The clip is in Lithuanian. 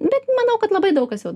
bet manau kad labai daug kas jau